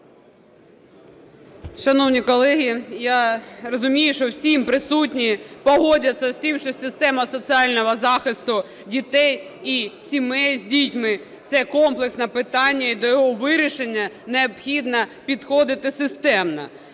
Шановні колеги, я розумію, що всі присутні погодяться з тим, що система соціального захисту дітей і сімей з дітьми – це комплексне питання, і до його вирішення необхідно підходити системно.